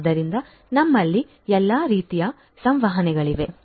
ಆದ್ದರಿಂದ ನಮ್ಮಲ್ಲಿ ಎಲ್ಲಾ ರೀತಿಯ ಸಂವಹನಗಳಿವೆ